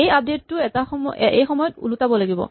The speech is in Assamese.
এই আপডেট টো এই সময়ত ওলোটাব লাগিব